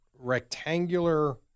rectangular